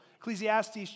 Ecclesiastes